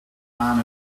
aan